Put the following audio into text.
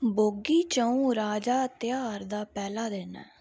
भोगी च'ऊं राज़ा ध्यार दा पैह्ला दिन ऐ